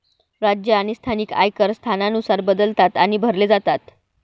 राज्य आणि स्थानिक आयकर स्थानानुसार बदलतात आणि भरले जातात